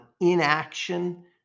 inaction